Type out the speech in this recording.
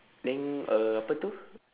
then uh apa itu